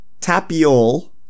Tapiole